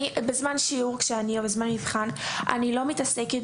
בזמן שיעור או בזמן מבחן אני לא מתעסקת